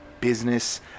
business